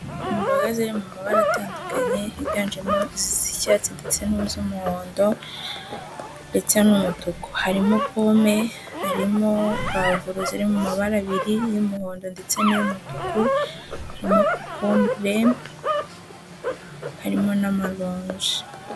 Imboga ziri mu mabara atandukanye, higanjemo izisa icyatsi ndetse n'iz'umuhondo ndetse n'umutuku. Harimo pome, harimo pavuro ziri mu mabara abiri; iy'umuhondo ndetse n'iy'umutuku, harimo kokombure, harimo n'amaronji.